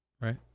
Right